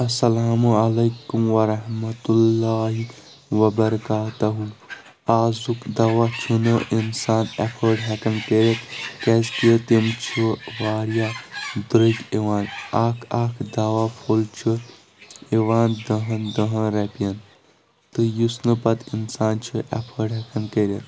اسلام عليكم ورحمة الله وبركاته آزُک دوا چھُنہٕ انسان ایفٲڑ ہٮ۪کان کٔرِتھ کیٛازِ کہِ تِم چھِ واریاہ درٕٛگۍ یِوان اکھ اکھ دوا پھوٚل چھُ یوان دہن دہن رۄپٮ۪ن تہٕ یُس نہٕ پتہٕ انسان چھُ ایفٲڑ ہٮ۪کان کٔرتھ